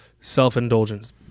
self-indulgence